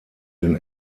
den